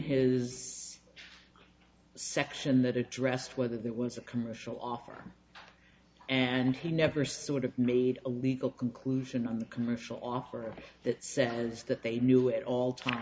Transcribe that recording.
his section that addressed whether there was a commercial offer and he never sort of made a legal conclusion on the commercial offer that says that they knew it all t